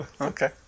Okay